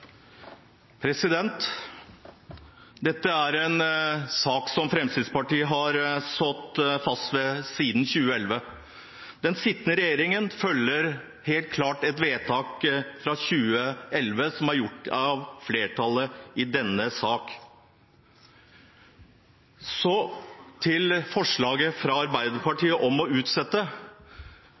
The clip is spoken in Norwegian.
Dette er en sak som Fremskrittspartiet har stått fast ved siden 2011. Den sittende regjeringen følger helt klart et vedtak fra 2011, som er gjort av flertallet i denne sal. Så til forslaget fra Arbeiderpartiet om å utsette